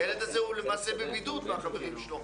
הילד הזה למעשה בבידוד מהחברים שלו.